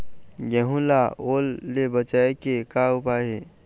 गेहूं ला ओल ले बचाए के का उपाय हे?